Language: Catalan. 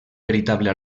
veritable